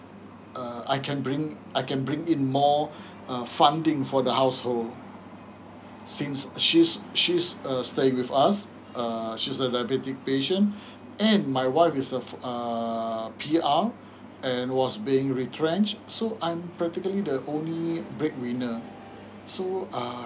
uh I can bring I can bring in more uh funding for the household since she's she's err stay with us uh she is a diabetic patient and my wife is a P_R and was being retrenched so I'm practically the only bread winner so uh